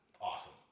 Awesome